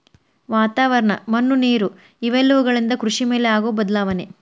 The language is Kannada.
ವಾತಾವರಣ, ಮಣ್ಣು ನೇರು ಇವೆಲ್ಲವುಗಳಿಂದ ಕೃಷಿ ಮೇಲೆ ಆಗು ಬದಲಾವಣೆ